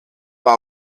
war